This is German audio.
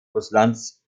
russlands